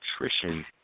nutrition